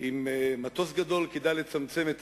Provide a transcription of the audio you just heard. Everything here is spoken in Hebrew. עם מטוס גדול, רציתי גם לומר שכדאי לצמצם את